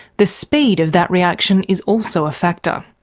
the speed of that reaction is also a factor.